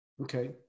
Okay